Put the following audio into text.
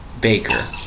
Baker